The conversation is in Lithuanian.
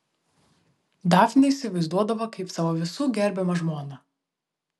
dafnę įsivaizduodavo kaip savo visų gerbiamą žmoną